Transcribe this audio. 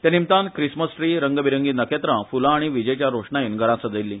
ते निमतान Christmas tree रंगबिरंगी नखेत्रां फुलां आनी विजेच्या रोषणायेन घरां सजयल्ली